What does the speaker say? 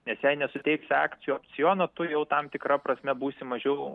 nes jei nesuteiksi akcijų opciono tu jau tam tikra prasme būsi mažiau